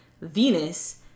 Venus